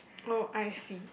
oh I see